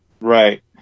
Right